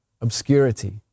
Obscurity